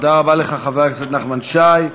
תודה רבה לך, חבר הכנסת נחמן שי.